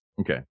okay